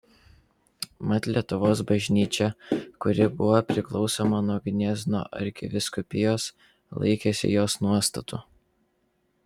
mat lietuvos bažnyčia kuri buvo priklausoma nuo gniezno arkivyskupijos laikėsi jos nuostatų